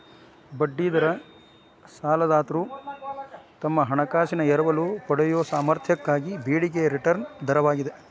ಬಡ್ಡಿ ದರ ಸಾಲದಾತ್ರು ತಮ್ಮ ಹಣಾನ ಎರವಲು ಪಡೆಯಯೊ ಸಾಮರ್ಥ್ಯಕ್ಕಾಗಿ ಬೇಡಿಕೆಯ ರಿಟರ್ನ್ ದರವಾಗಿದೆ